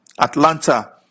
Atlanta